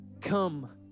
Come